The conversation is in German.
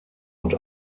und